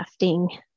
crafting